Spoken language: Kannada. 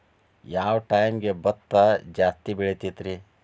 ಯಾವ ಟೈಮ್ಗೆ ಭತ್ತ ಜಾಸ್ತಿ ಬೆಳಿತೈತ್ರೇ?